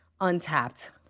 untapped